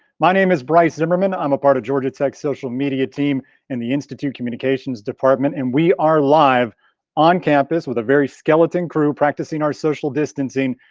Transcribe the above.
my name is brice zimmerman, i'm a part of georgia tech social media team and the institute of communications department. and we are live on campus with a very skeleton crew practicing our social distancing,